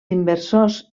inversors